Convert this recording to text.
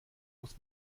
muss